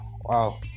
wow